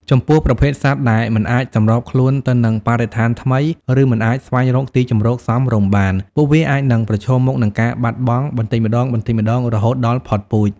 ចំពោះប្រភេទសត្វដែលមិនអាចសម្របខ្លួនទៅនឹងបរិស្ថានថ្មី ឬមិនអាចស្វែងរកទីជម្រកសមរម្យបាន ពួកវាអាចនឹងប្រឈមមុខនឹងការបាត់បង់បន្តិចម្តងៗរហូតដល់ផុតពូជ។